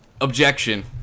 Objection